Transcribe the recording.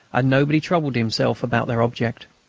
and nobody troubled himself about their object.